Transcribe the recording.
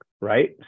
right